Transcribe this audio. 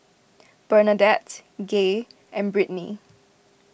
Bernadette Gaye and Brittnie